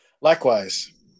Likewise